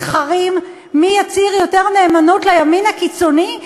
מתחרים מי יצהיר יותר נאמנות לימין הקיצוני.